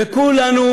וכולנו,